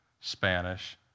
Spanish